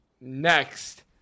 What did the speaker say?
Next